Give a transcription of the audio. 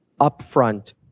upfront